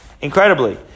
Incredibly